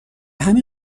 همین